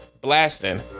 blasting